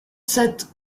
sept